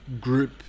Group